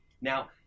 Now